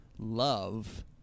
Love